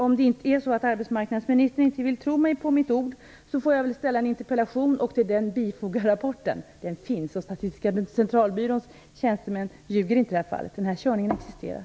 Om arbetsmarknadsministern inte vill tro mig på mitt ord får jag väl ställa en interpellation och till den bifoga rapporten. Den finns, och Statistiska centralbyråns tjänstemän ljuger inte i detta fall. Körningarna existerar.